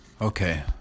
Okay